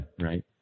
right